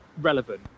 relevant